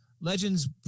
legends